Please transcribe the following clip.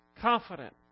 confident